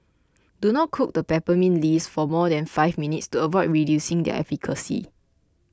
do not cook the peppermint leaves for more than five minutes to avoid reducing their efficacy